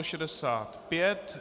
65.